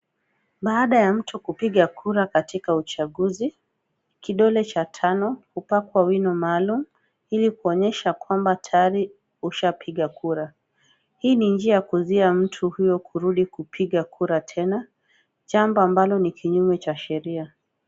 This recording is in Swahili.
Baada ya mtu kupiga kura katika uchaguzi ,kidole cha tano upakwa wino maalumu ili kuonyesha kwamba tayari ushapiga kura ,hii ni njia ya kuzuia mtu huyo kurudi kupiga kura tena jambo ambalo ni kinyume na sheria .